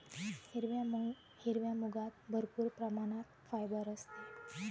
हिरव्या मुगात भरपूर प्रमाणात फायबर असते